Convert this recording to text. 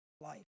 life